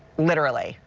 literally.